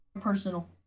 personal